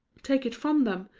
take it from them,